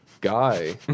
Guy